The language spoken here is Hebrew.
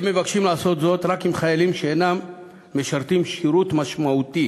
הם מבקשים לעשות זאת רק לגבי חיילים שאינם משרתים שירות משמעותי.